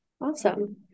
Awesome